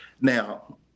Now